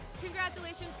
Congratulations